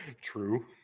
True